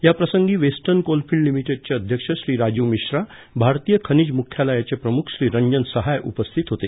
या प्रसंगी western coalfield लिमिटेडचे अध्यक्ष श्री राजीव मिश्रा भारतीय खनिज मुख्यालयाचे प्रमुख श्री रंजन सहाय उपस्थित होते